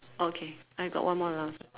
okay I got one more last one